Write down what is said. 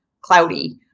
cloudy